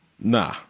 nah